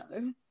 No